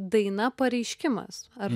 daina pareiškimas ar